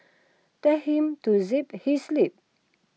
tell him to zip his lip